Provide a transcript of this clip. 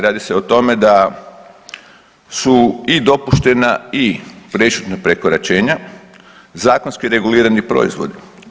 Radi se o tome da su i dopuštena i prešutna prekoračenja zakonski regulirani proizvodi.